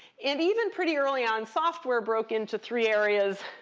and even pretty early on, software broke into three areas.